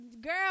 girl